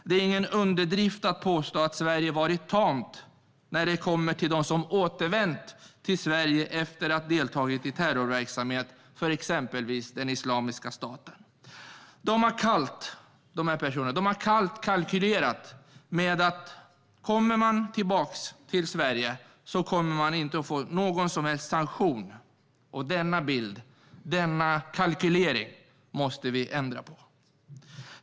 Det är ingen underdrift att påstå att Sverige har varit tamt när det gäller de som har återvänt till Sverige efter att ha deltagit i terrorverksamhet för exempelvis Islamiska staten. De personerna har kallt kalkylerat med att man inte drabbas av någon som helst sanktion om man kommer tillbaka till Sverige. Den bilden, den kalkyleringen, måste vi ändra på.